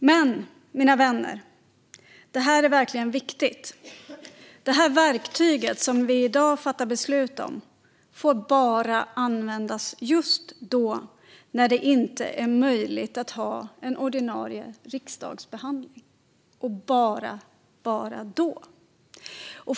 Men, mina vänner, detta är verkligen viktigt: Det verktyg som vi i dag fattar beslut om får bara användas just när det inte är möjligt att ha en ordinarie riksdagsbehandling, och bara då.